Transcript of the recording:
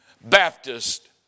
Baptist